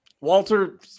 Walter